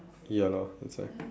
ya lor that's why